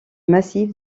massif